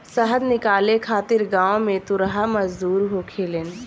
शहद निकाले खातिर गांव में तुरहा मजदूर होखेलेन